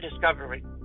discovery